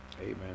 Amen